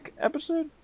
episode